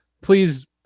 please